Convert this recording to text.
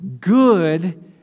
good